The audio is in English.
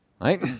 right